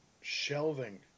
Shelving